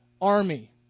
army